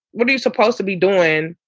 what are you supposed to be doing?